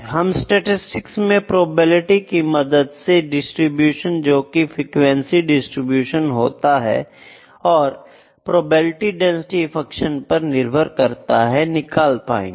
हम स्टैटिसटिक्स में प्रोबेबिलिटी की मदद से डिस्ट्रीब्यूशन जोकि फ्रीक्वेंसी डिस्ट्रीब्यूशन होता है और प्रोबेबिलिटी डेंसिटी फंक्शन पर निर्भर करता है निकाल पाएंगे